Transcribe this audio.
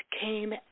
came